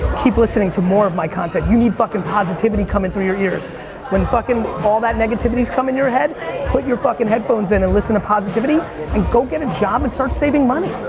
keep listening to more of my content you need fucking positivity coming through your ears when fucking all that negativities come into your head put your fucking headphones in and listen to positivity and go get a job and start saving money